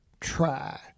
try